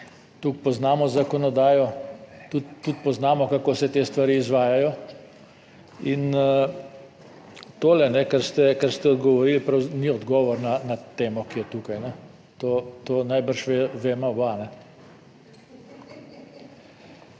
Toliko poznamo zakonodajo, tudi poznamo, kako se te stvari izvajajo in tole, kar ste, kar ste odgovorili ni odgovor na temo, ki je tukaj, to najbrž veva oba.